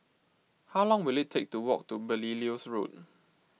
how long will it take to walk to Belilios Road